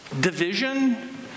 division